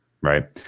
right